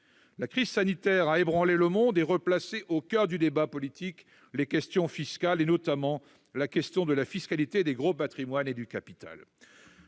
La crise sanitaire a ébranlé le monde et replacé au coeur du débat politique les questions fiscales, et notamment la fiscalité des gros patrimoines et du capital.